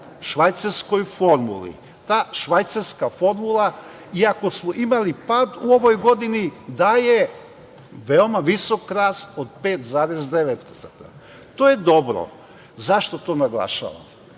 švajcarskoj formuli. Ta švajcarska formula, iako smo imali pad u ovoj godini, daje veoma visok rast od 5,9%. To je dobro. Zašto to naglašavam?